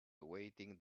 awaiting